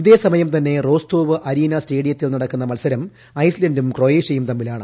ഇതേസമയം തന്നെ Rostov arena സ്റ്റേഡിയത്തിൽ നടക്കുന്ന മത്സരം ഐസ്ലന്റും ക്രൊയേഷ്യയും തമ്മിലാണ്